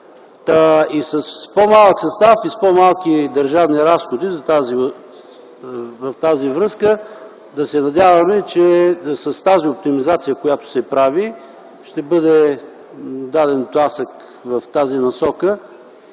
С по-малък състав и с по-малки държавни разходи в тази връзка да се надяваме, че с тази оптимизация, която се прави, ще бъде даден тласък в тази насока